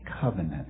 covenant